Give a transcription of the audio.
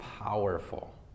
powerful